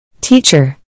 Teacher